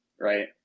right